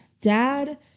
Dad